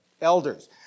elders